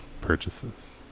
purchases